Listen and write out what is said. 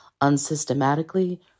unsystematically